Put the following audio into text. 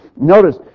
Notice